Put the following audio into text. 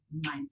mindset